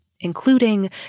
including